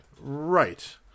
Right